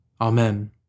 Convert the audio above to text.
Amen